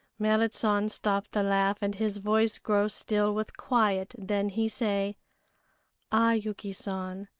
merrit san stop the laugh and his voice grow still with quiet, then he say ah, yuki san,